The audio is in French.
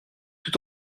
tout